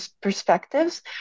perspectives